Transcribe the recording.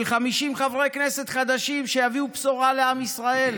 של 50 חברי כנסת חדשים שיביאו בשורה לעם ישראל,